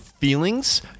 feelings